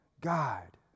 God